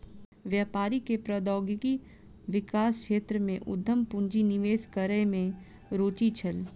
व्यापारी के प्रौद्योगिकी विकास क्षेत्र में उद्यम पूंजी निवेश करै में रूचि छल